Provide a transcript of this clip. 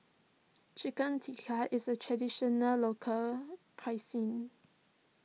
Chicken Tikka is a Traditional Local Cuisine